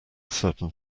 certain